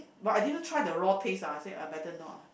but I didn't try the raw taste ah I say I better not ah